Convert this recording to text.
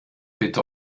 bitte